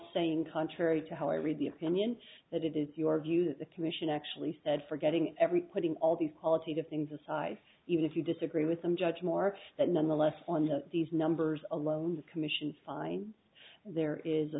saying contrary to how i read the opinion that it is your view that the commission actually said forgetting every putting all these qualitative things aside even if you disagree with them judge more that nonetheless on these numbers alone the commission's findings there is a